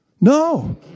No